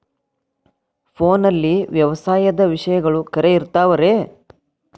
ಫೋನಲ್ಲಿ ವ್ಯವಸಾಯದ ವಿಷಯಗಳು ಖರೇ ಇರತಾವ್ ರೇ?